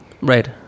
Right